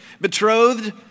betrothed